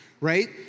right